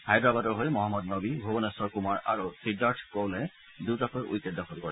হায়দৰাবাদৰ হৈ মহম্মদ নবী ভূৱনেগ্ৰৰ কুমাৰ আৰু সিদ্ধাৰ্থ কৌলে দুটাকৈ উইকেট দখল কৰে